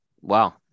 wow